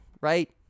right